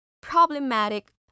problematic